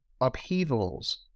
upheavals